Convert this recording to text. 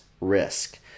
risk